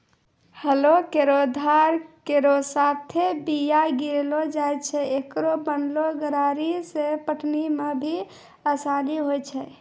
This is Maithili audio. हलो केरो धार केरो साथें बीया गिरैलो जाय छै, एकरो बनलो गरारी सें पटौनी म भी आसानी होय छै?